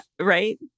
Right